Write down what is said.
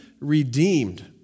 redeemed